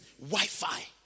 Wi-Fi